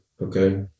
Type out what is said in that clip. Okay